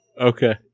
Okay